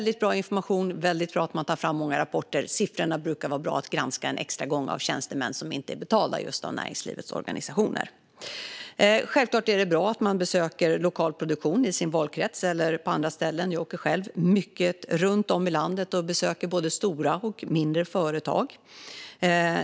Det är bra information och bra att man tar fram många rapporter. Det brukar vara bra att låta granska siffrorna en extra gång av tjänstemän som inte är betalda av näringslivets organisationer. Självklart är det bra att man besöker lokal produktion i sin valkrets eller på andra ställen. Jag åker själv runt mycket i landet och besöker både stora och mindre företag.